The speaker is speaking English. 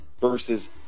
versus